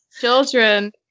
Children